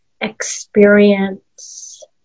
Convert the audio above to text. experience